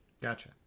Gotcha